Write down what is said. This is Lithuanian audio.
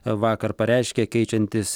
vakar pareiškė keičiantis